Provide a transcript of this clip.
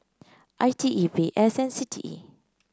I T E V S and C T E